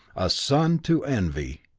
a sun to envy!